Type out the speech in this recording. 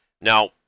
Now